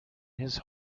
his